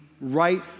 right